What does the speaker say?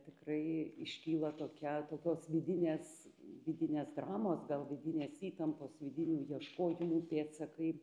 tikrai iškyla tokia tokios vidinės vidinės dramos gal vidinės įtampos vidinių ieškojimų pėdsakai